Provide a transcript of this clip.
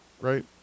right